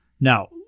Now